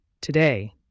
Today